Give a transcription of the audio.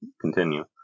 continue